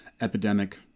epidemic